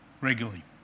regularly